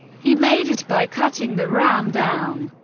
he made it by cutting the ram down,